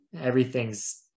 everything's